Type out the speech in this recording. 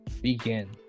begin